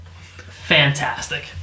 fantastic